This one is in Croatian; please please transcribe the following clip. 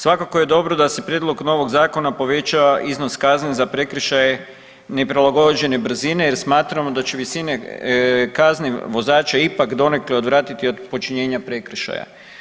Svakako je dobro da se prijedlog novog zakona poveća iznos kazne za prekršaje neprilagođene brzine jer smatramo da će visine kazni vozače ipak donekle odvratiti od počinjenja prekršaja.